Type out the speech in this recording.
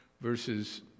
verses